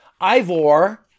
Ivor